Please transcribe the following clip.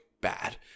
bad